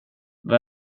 vad